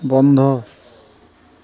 বন্ধ